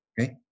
okay